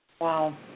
Wow